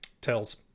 Tails